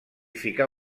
ficar